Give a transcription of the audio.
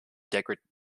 degradation